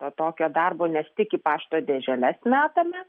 to tokio darbo nes tik į pašto dėželes metame